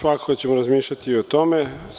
Svakako ćemo razmišljati o tome.